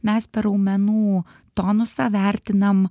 mes per raumenų tonusą vertinam